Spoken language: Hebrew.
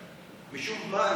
משום מה,